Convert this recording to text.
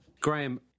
Graham